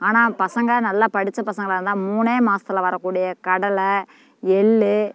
ஆனால் பசங்க நல்லா படித்த பசங்களாக இருந்தால் மூணே மாசத்தில் வரக்கூடிய கடலை எள்ளு